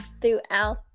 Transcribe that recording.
throughout